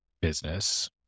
business